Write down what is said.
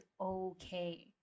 okay